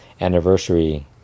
anniversary